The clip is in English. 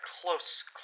close